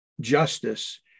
justice